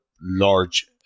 large